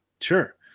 sure